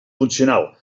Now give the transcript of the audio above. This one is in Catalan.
funcional